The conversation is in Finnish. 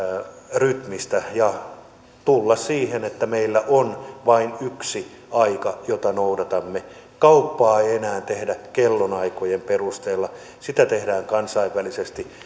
rytmistä ja tulla siihen että meillä on vain yksi aika jota noudatamme kauppaa ei enää tehdä kellonaikojen perusteella sitä tehdään kansainvälisesti